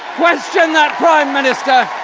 question that prime minister.